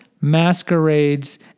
masquerades